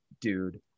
dude